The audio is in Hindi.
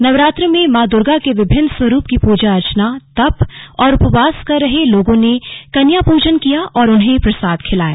नवरात्र में मां दर्गा के विभिन्न स्वरूप की प्रजा अर्चना तप और उपवास कर रहे लोगों ने कन्या पूजन किया और उन्हें प्रसाद खिलाया